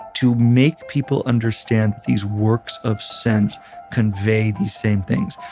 to make people understand these works of scent convey these same things,